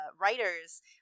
writers –